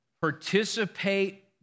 Participate